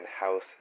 house